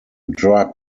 drug